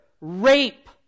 rape